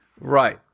Right